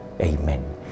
amen